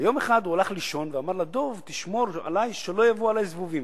יום אחד הוא הלך לישון ואמר לדוב: תשמור עלי שלא יבואו עלי זבובים.